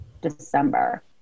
December